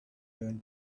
learn